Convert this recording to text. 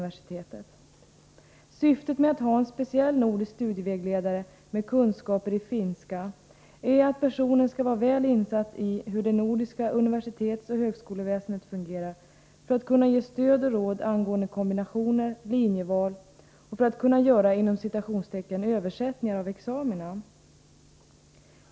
diska studerande Syftet med att ha en speciell nordisk studievägledare med kunskaper i vid Stockholms finska är att personen skall vara väl insatt i hur det nordiska universitetsoch är Versier högskoleväsendet fungerar för att kunna ge stöd och råd angående kombinationer och linjeval och för att kunna göra ”översättningar” av examina.